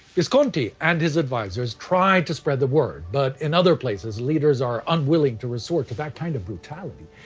visconti and his advisors try to spread the word, but in other places leaders are unwilling to resort to that kind of brutality.